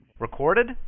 Recorded